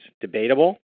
debatable